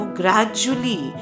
gradually